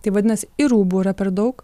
tai vadinasi ir rūbų yra per daug